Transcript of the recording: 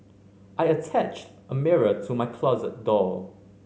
I attached a mirror to my closet door